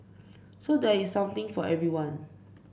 so there is something for everyone